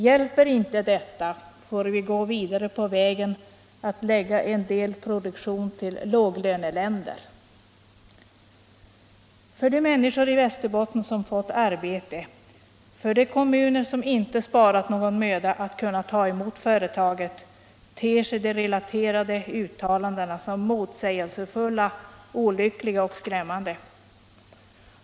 Hjälper inte detta, får vi gå vidare på vägen att förlägga en del produktion till låglöneländer. För de människor i Västerbotten som fått arbete och för de kommuner som inte sparat någon möda för att kunna ta emot företaget ter sig de relaterade uttalandena som motsägelsefulla, olyckliga och skrämmande.